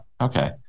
okay